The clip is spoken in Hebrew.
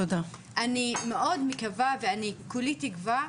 אני מאוד מקווה וכולי תקווה,